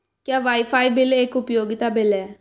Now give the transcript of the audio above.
क्या wifi bill एक उपयोगिता बिल है?